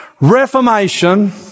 Reformation